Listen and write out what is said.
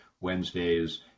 Wednesdays